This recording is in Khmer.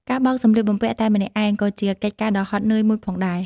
ការបោកសម្លៀកបំពាក់តែម្នាក់ឯងក៏ជាកិច្ចការដ៏ហត់នឿយមួយផងដែរ។